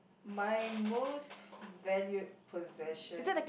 my most valued possession